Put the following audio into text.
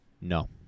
No